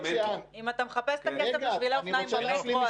אתה מחפש את הכסף לשבילי אופניים במטרו,